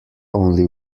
only